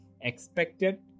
expected